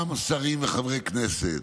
גם שרים וחברי כנסת